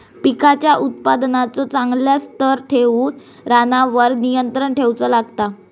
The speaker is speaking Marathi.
पिकांच्या उत्पादनाचो चांगल्या स्तर ठेऊक रानावर नियंत्रण ठेऊचा लागता